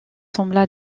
sembla